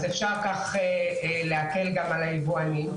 אפשר כך להקל גם על היבואנים,